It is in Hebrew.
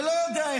ולא יודע,